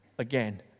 again